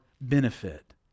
benefit